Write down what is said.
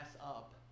up